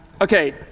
Okay